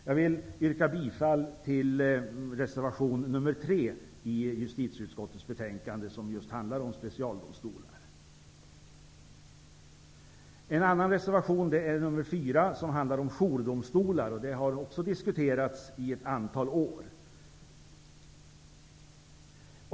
Jag yrkar bifall till reservation 3 i justitieutskottets betänkande, som handlar om specialdomstolar. En annan reservation är nr 4, som handlar om jourdomstolar. Dessa har också diskuterats ett antal år.